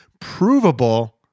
provable